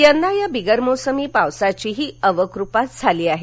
यंदा या बिगरमोसमी पावसाचीही अवकुपाच झाली आहे